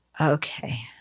Okay